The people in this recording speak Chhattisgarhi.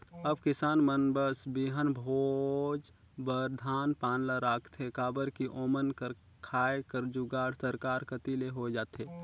अब किसान मन बस बीहन भोज बर धान पान ल राखथे काबर कि ओमन कर खाए कर जुगाड़ सरकार कती ले होए जाथे